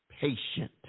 patient